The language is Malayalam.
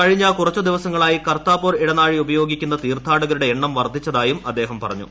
കഴിഞ്ഞ കുറച്ച് ദിവസങ്ങളായി കർത്താപ്പൂർ ഇടനാഴി ഉപയോഗിക്കുന്ന തീർത്ഥാടകരുടെ എണ്ണം വർദ്ധിച്ചതായി അദ്ദേഹം പറഞ്ഞു